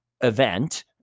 event